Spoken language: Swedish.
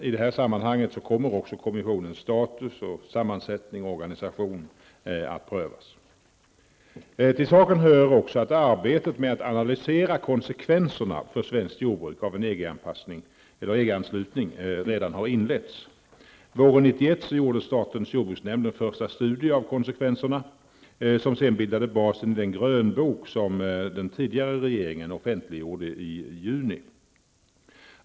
I det sammanhanget kommer också kommissionens status, sammansättning och organisation att prövas. Till saken hör också att arbetet med att analysera konsekvenserna för svenskt jordbruk av en EG anslutning redan har inletts. Våren 1991 gjorde statens jordbruksnämnd en första studie av konsekvenserna som sedan bildade basen i den grönbok som den tidigare regeringen offentliggjorde i juni.